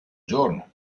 giorno